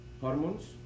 hormones